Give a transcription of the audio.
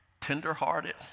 tenderhearted